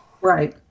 Right